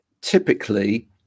typically